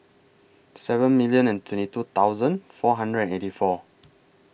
seven million and twenty two thousand four hundred and eighty four